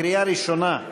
לקריאה ראשונה.